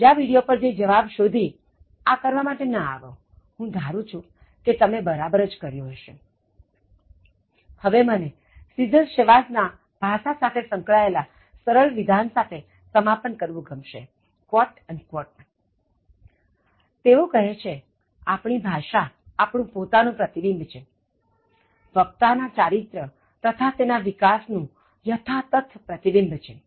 બીજા વિડિયો પર જઈ જવાબ શોધી અને આ કરવા માટે ન આવો હું ધારું છું કે તમે બરાબર કર્યુ હશે હવે મને સિઝર ચેવાઝ ના ભાષા સાથે સંકળાયેલા સરળ વિધાન સાથે સમાપન કરવું ગમશે તેઓ કહે છે આપણી ભાષા આપણું પોતાનું પ્રતિબિંબ છે વક્તા ના ચારિત્ર્ય તથા તેના વિકાસ નું યથાતથ પ્રતિબિંબ છે